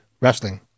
Wrestling